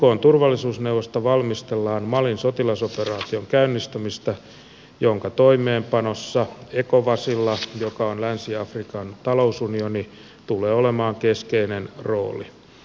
ykn turvallisuusneuvostossa valmistellaan malin sotilasoperaation käynnistämistä jonka toimeenpanossa ecowasilla joka on länsi afrikan talousunioni tulee olemaan keskeinen rooli